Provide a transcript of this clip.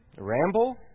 Ramble